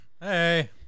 hey